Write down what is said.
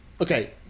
Okay